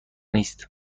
نیست